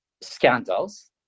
scandals